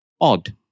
odd